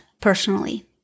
personally